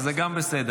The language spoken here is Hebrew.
זה גם בסדר.